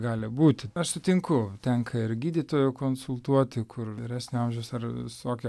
gali būti aš sutinku tenka ir gydytojų konsultuoti kur vyresnio amžiaus ar visokie